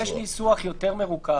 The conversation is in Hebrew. יש ניסוח יותר מרוכך,